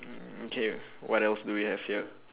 mm okay what else do we have here